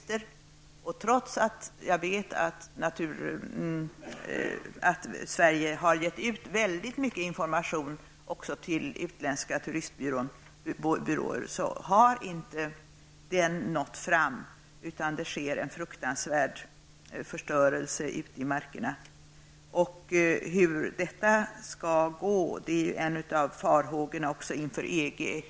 Trots att jag vet att man i Sverige lämnat ut mycket information också till utländska turistbyråer har inte informationen nått fram, och det sker en fruktansvärd förstörelse i markerna. Hur det skall gå med allemansrätten är en av farhågorna inför EG.